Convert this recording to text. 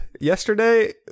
Yesterday